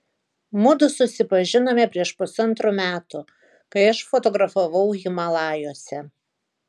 mudu susipažinome prieš pusantrų metų kai aš fotografavau himalajuose